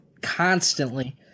constantly